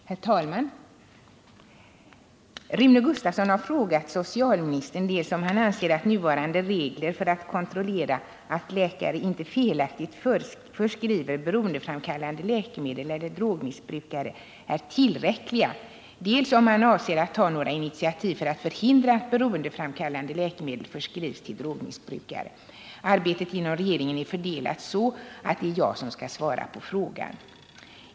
Herr talman! Rune Gustavsson har frågat socialministern dels om han anser att nuvarande regler för att kontrollera att läkare inte felaktigt förskriver beroendeframkallande läkemedel till drogmissbrukare är tillräckliga, dels om han avser att ta några initiativ för att förhindra att beroendeframkallande läkemedel förskrivs till drogmissbrukare. Arbetet inom regeringen är fördelat så att det är jag som skall svara på frågan.